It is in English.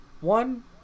One